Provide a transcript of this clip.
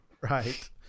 Right